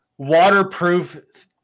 waterproof